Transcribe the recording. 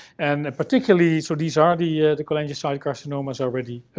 and particularly. so, these are the yeah the cholangiocyte carcinomas already.